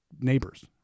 neighbors